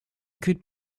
could